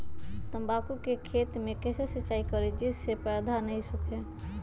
तम्बाकू के खेत मे कैसे सिंचाई करें जिस से पौधा नहीं सूखे?